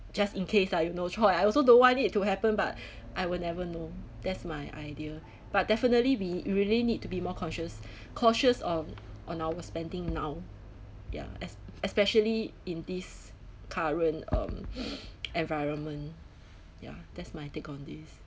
just in case lah if no choice I also don't want it to happen but I will never know that's my idea but definitely we really need to be more conscious cautious on on our spending now ya es~ especially in this current um environment ya that's my take on this